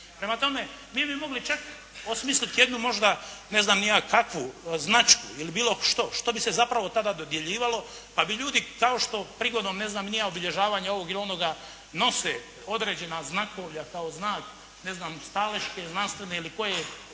Prema tome mi bi mogli čak osmisliti jednu možda ne znam ni ja kakvu, značku ili bilo što, što bi se zapravo tada dodjeljivalo, pa bi ljudi kao što prigodom ne znam ni ja obilježavanja ovog ili onoga nose određena znakovlja kao znak ne znam … /Ne razumije se./ … ili znanstvene ili koje